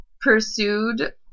pursued